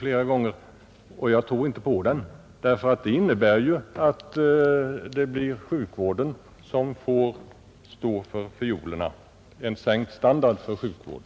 Jag tror dock inte på den, ty den innebär ju att sjukvården får stå för fiolerna genom en sänkt standard för sjukvården.